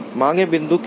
मांग बिंदुओं के लिए